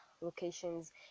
locations